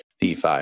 DeFi